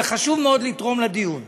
וחשוב מאוד לתרום לדיון,